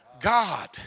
God